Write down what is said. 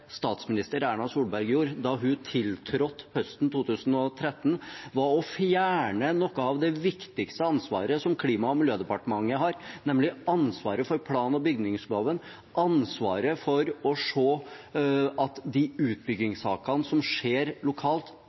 statsminister Erna Solberg gjorde da hun tiltrådte høsten 2013, var å fjerne noe av det viktigste ansvaret som Klima- og miljødepartementet hadde, nemlig ansvaret for plan- og bygningsloven, ansvaret for å se til at de utbyggingssakene som skjer lokalt,